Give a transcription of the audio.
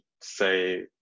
say